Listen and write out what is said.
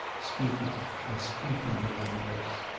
speaking and speaking with remorse.